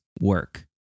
work